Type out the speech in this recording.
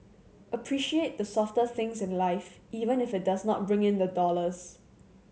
appreciate the softer things in life even if it does not bring in the dollars